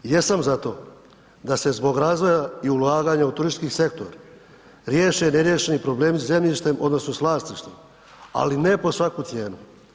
Jesam za to da se zbog razvoja i ulaganja u turistički sektor riješe neriješeni problemi zemljištem odnosno s vlasništvom, ali ne pod svaku cijenu.